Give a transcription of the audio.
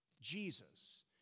Jesus